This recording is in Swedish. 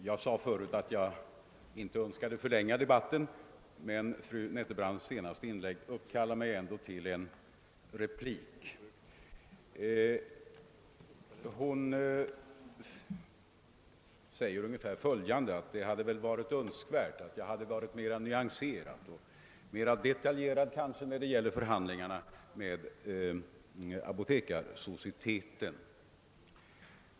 Herr talman! Jag sade tidigare att jag inte önskade förlänga denna debatt, men fru Nettelbrandts senaste inlägg uppkallar mig ändå till en replik. Fru Nettelbrandt sade att det hade varit önskvärt om jag varit mera nyanserad och detaljerad när det gällde frågan om förhandlingarna med Apotekarsocieteten.